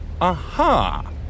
Aha